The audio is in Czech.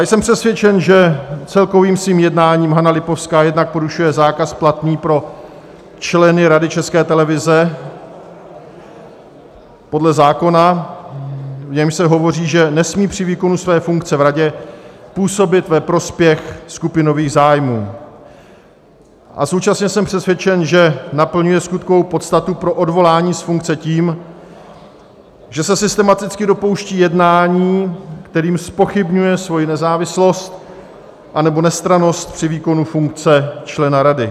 Jsem přesvědčen, že svým celkovým jednáním Hana Lipovská jednak porušuje zákaz platný pro členy Rady České televize podle zákona, v němž se hovoří, že nesmí při výkonu své funkce v radě působit ve prospěch skupinových zájmů, a současně jsem přesvědčen, že naplňuje skutkovou podstatu pro odvolání z funkce tím, že se systematicky dopouští jednání, kterým zpochybňuje svoji nezávislost anebo nestrannost při výkonu funkce člena Rady.